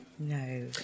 No